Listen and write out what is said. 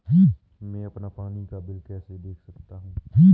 मैं अपना पानी का बिल कैसे देख सकता हूँ?